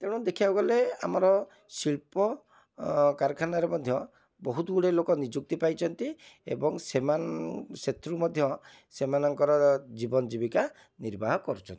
ତେଣୁ ଦେଖିବାକୁଗଲେ ଆମର ଶିଳ୍ପ ଅ କାରଖାନାରେ ମଧ୍ୟ ବହୁତ ଗୁଡ଼ିଏ ଲୋକ ନିଯୁକ୍ତି ପାଇଛନ୍ତି ଏବଂ ସେମାନ ସେଥିରୁ ମଧ୍ୟ ସେମାନଙ୍କର ଜୀବନ ଜୀବିକା ନିର୍ବାହ କରୁଛନ୍ତି